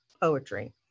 poetry